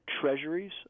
treasuries